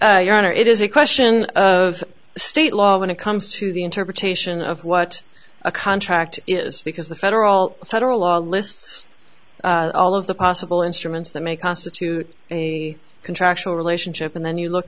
yes your honor it is a question of state law when it comes to the interpretation of what a contract is because the federal federal law lists all of the possible instruments that may constitute a contractual relationship and then you look